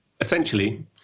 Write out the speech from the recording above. essentially